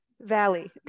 Valley